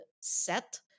set